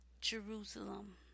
Jerusalem